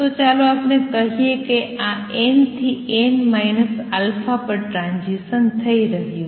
ચાલો આપણે કહીએ કે આ n થી n α પર ટ્રાંઝીસન થઈ રહ્યું છે